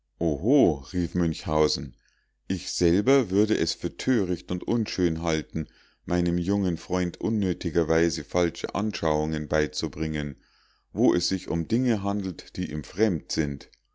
rief münchhausen ich selber würde es für töricht und unschön halten meinem jungen freund unnötigerweise falsche anschauungen beizubringen wo es sich um dinge handelt die ihm fremd sind